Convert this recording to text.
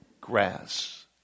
grass